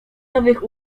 nowych